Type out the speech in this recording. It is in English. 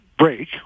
break